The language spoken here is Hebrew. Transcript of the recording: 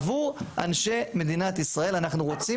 עבור אנשי מדינת ישראל אנחנו רוצים